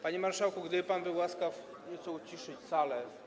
Panie marszałku, gdyby pan był łaskaw nieco uciszyć salę.